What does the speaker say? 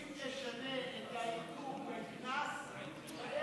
אם תשנה את העיכוב והקנס, דיינו.